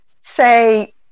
say